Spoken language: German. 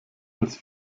als